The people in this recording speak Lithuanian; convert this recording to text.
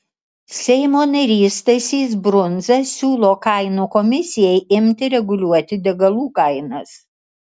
seimo narys stasys brundza siūlo kainų komisijai imti reguliuoti degalų kainas